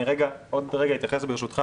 עוד רגע אתייחס ברשותך